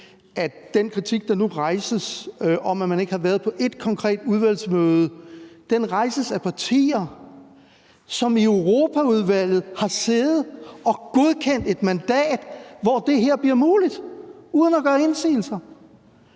at den kritik, der nu rejses, om, at man ikke har været med ved et eneste konkret udvalgsmøde, rejses af partier, som jo i Europaudvalget har siddet og godkendt et mandat, hvor det her blev muligt, uden at gøre indsigelser